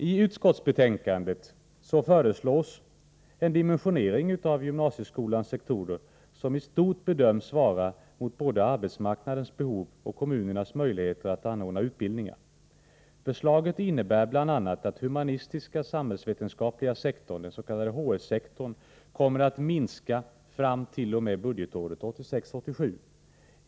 I utskottsbetänkandet föreslås en dimensionering av gymnasieskolans sektorer som i stort bedöms svara mot både arbetsmarknadens behov och kommunernas möjligheter att anordna utbildningar. Förslaget innebär bl.a. att humanistisk-samhällsvetenskapliga sektorn, den s.k. hs-sektorn kommer att minska fram t.o.m. budgetåret 1986/87.